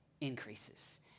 increases